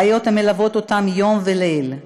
בעיות המלוות אותם יום וליל,